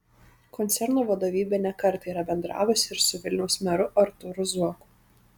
koncerno vadovybė ne kartą yra bendravusi ir su vilniaus meru artūru zuoku